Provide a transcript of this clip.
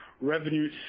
revenue